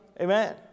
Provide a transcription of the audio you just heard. Amen